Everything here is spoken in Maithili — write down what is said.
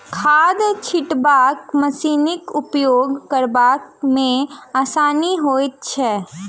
खाद छिटबाक मशीनक उपयोग करबा मे आसानी होइत छै